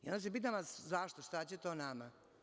Onda se pitam zašto, šta će to nama?